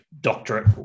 doctorate